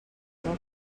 anava